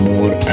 more